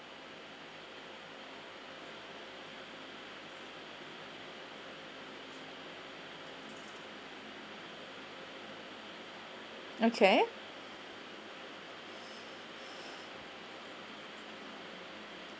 okay